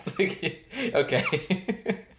Okay